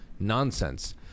nonsense